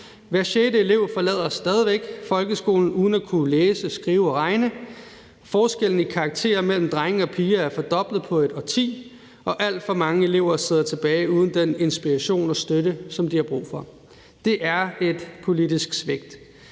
Hver sjette elev forlader stadig væk folkeskolen uden at kunne læse, skrive og regne, forskellen i karakterer mellem drenge og piger er fordoblet på et årti, og alt for mange elever sidder tilbage uden den inspiration og støtte, som de har brug for. Det er et politisk svigt.